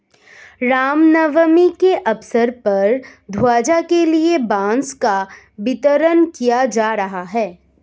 राम नवमी के अवसर पर ध्वजा के लिए बांस का वितरण किया जा रहा है